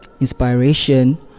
inspiration